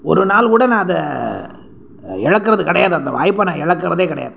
ஒரு நாள் கூட நான் அதை இழக்குறது கிடையாது அந்த வாய்ப்பை நான் இழக்குறதே கிடையாது